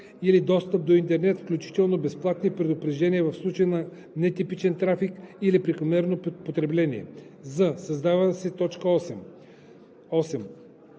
или достъп до интернет, включително безплатни предупреждения в случай на нетипичен трафик или прекомерно потребление“; з) създава се т. 8: